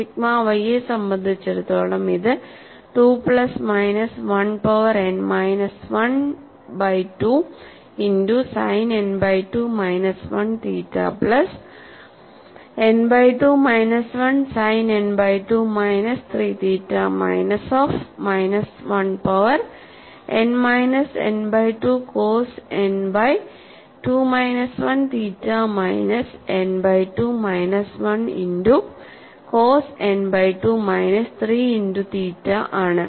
sigma y യെ സംബന്ധിച്ചിടത്തോളം ഇത് 2 plus minus 1 power n minus n by 2 into sine n by 2 minus 1 theta plus n by 2 minus 1 sine n by 2 minus 3 theta minus of minus 1 power n minus nബൈ 2 cos n by 2 minus 1 theta minus n by 2 minus 1 into cos n by 2 minus 3 into theta ആണ്